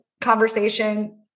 Conversation